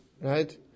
Right